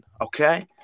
okay